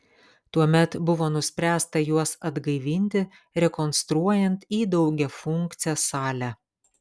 tuomet buvo nuspręsta juos atgaivinti rekonstruojant į daugiafunkcę salę